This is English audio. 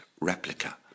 replica